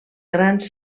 grans